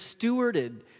stewarded